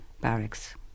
Barracks